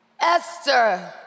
Esther